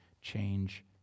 change